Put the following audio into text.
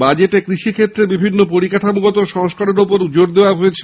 বাজেটে কৃষিক্ষেত্রে বিভিন্ন পরিকাঠামোগত সংস্কারের ওপর জোর দেওয়া হয়েছে